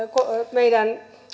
meidän